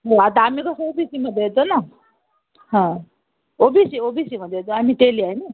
हो आता आम्ही कसं ओ बी सीमध्ये येतो ना हां O B C O B सीमध्ये येतो आम्ही तेली आहे ना